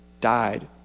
died